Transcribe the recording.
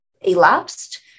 elapsed